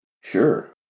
Sure